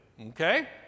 Okay